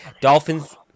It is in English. Dolphins